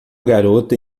garota